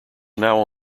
now